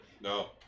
No